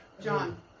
John